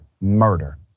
murder